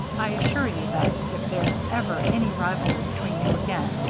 i assure you that, if there's ever any rivalry between you again,